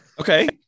Okay